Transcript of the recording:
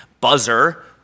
Buzzer